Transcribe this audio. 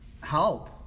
help